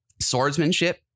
swordsmanship